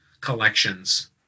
collections